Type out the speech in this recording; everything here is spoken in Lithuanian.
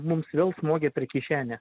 mums vėl smogė per kišenę